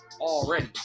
already